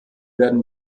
werden